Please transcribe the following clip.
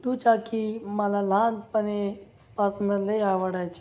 दुचाकी मला लहानपणीपासून लई आवडायचे